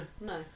No